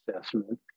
assessment